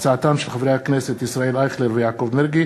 של חברי הכנסת ישראל אייכלר ויעקב מרגי,